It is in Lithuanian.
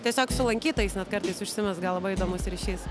tiesiog su lankytojais net kartais užsimezga labai įdomus ryšys